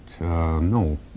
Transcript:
no